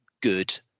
good